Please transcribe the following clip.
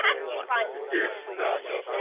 um skinny puns. it's not